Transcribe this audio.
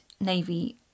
Navy